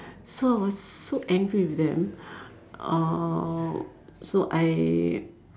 so I was so angry with them uh so I